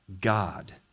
God